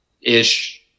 ish